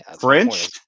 French